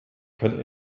kann